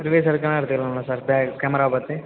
reverse எடுக்கனா எடுத்துக்கலாம்ல sir back camera பார்த்து